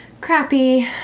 crappy